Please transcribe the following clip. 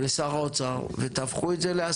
או שזו טעות המספר שיש לי פה?